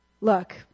look